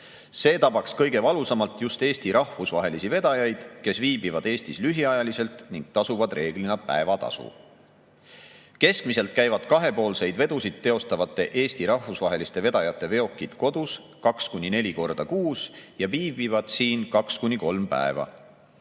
See tabaks kõige valusamalt just Eesti rahvusvahelisi vedajaid, kes viibivad Eestis lühiajaliselt ning tasuvad reeglina päevatasu. Keskmiselt käivad kahepoolseid vedusid teostavate Eesti rahvusvaheliste vedajate veokid kodus 2–4 korda kuus ja viibivad siin 2–3 päeva.